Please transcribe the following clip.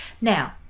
now